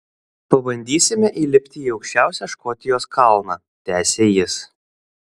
pabandysime įlipti į aukščiausią škotijos kalną tęsė jis